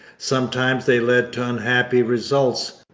sometimes they led to unhappy results.